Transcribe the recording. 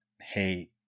hey